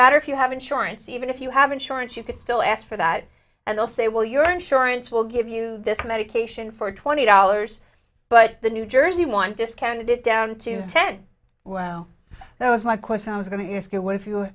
matter if you have insurance even if you have insurance you can still ask for that and they'll say well your insurance will give you this medication for twenty dollars but the new jersey one discounted it down to ten well that was my question i was going to ask you if you